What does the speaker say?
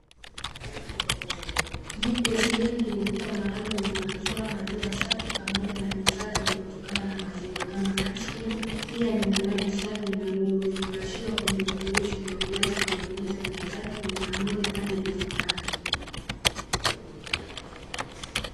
"GPS MILK" ni duka maalumu linalotoa maziwa safi pamoja na bidhaa zinazotokana na maziwa kama aiskrimu. Pia lina maji safi yaliyofungashiwa kwenye vifurushi vya ujazo wa: mililita mia tatu, lita moja hadi lita tano.